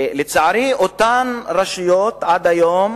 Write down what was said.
לצערי, אותן רשויות עד היום